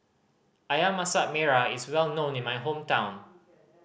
Ayam Masak Merah is well known in my hometown